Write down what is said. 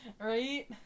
Right